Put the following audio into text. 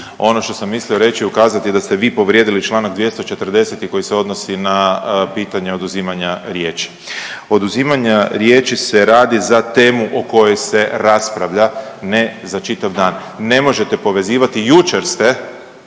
ono što sam mislio reći, ukazati da ste vi povrijedili članak 240. koji se odnosi na pitanje oduzimanja riječi. Oduzimanja riječi se radi za temu o kojoj se raspravlja, ne za čitav dan. Ne možete povezivati, jučer ste